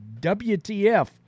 WTF